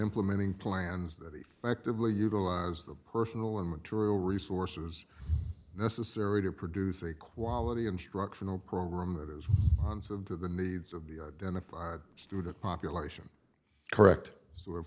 implementing plans that effectively utilize the personal and material resources necessary to produce a quality instructional program that is months of to the needs of the identified student population correct so if